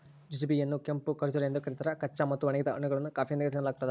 jujube ಯನ್ನುಕೆಂಪು ಖರ್ಜೂರ ಎಂದು ಕರೀತಾರ ಕಚ್ಚಾ ಮತ್ತು ಒಣಗಿದ ಹಣ್ಣುಗಳನ್ನು ಕಾಫಿಯೊಂದಿಗೆ ತಿನ್ನಲಾಗ್ತದ